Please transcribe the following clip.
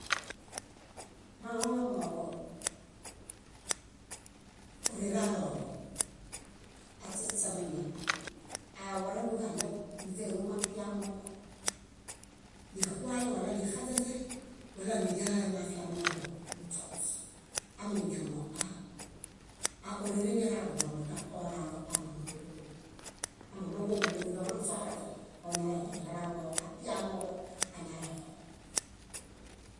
Baloŋamooġo órere arooḃo. Aśeśememe aawareluġaɭew níźaniloom apiamooġo nixuale walanixaźenźe, walanidialale moafiamiġaɭomuźonus. Aminidiamo aa órere niraḃuɭoo mata ooralo ámamooġoomu. Ámamooġoomu órere minasohulaźe, oñalena iɭeramooġo, apiamooġo añalexo.